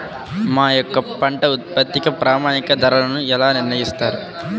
మా యొక్క పంట ఉత్పత్తికి ప్రామాణిక ధరలను ఎలా నిర్ణయిస్తారు?